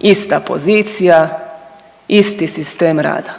ista pozicija, isti sistem rada.